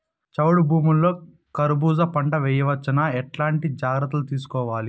చౌడు భూముల్లో కర్బూజ పంట వేయవచ్చు నా? ఎట్లాంటి జాగ్రత్తలు తీసుకోవాలి?